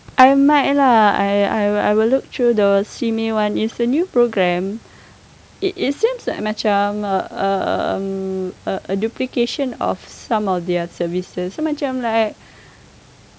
I might lah I I will I will look through the simei [one] is a new program it it seems like macam um a a duplication of some of their services so macam like